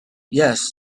yet